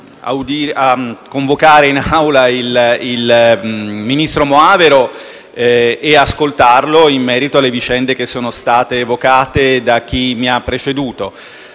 a convocare in Aula il ministro Moavero Milanesi e ad ascoltarlo in merito alle vicende che sono state evocate da chi mi ha preceduto.